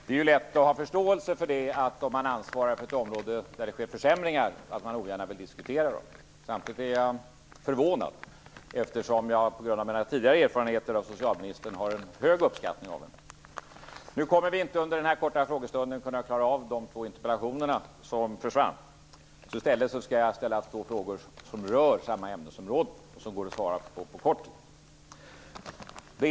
Det är lätt att ha förståelse för att man ogärna vill diskutera de områden man ansvarar för där det sker försämringar. Samtidigt är jag förvånad, eftersom jag på grund av mina tidigare erfarenheter av socialministern har en hög uppskattning av henne. Nu kommer vi inte under den här korta frågestunden att klara av att ta upp de två interpellationerna som försvann. I stället skall jag ställa två frågor som rör samma ämnesområde och som går att besvara på kort tid.